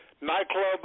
Nightclub